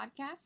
podcast